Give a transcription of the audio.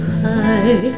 high